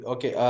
Okay